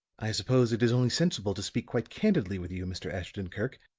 i suppose it is only sensible to speak quite candidly with you, mr. ashton-kirk,